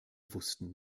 wussten